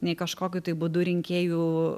nei kažkokiu tai būdu rinkėjų